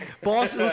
boss